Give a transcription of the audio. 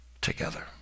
together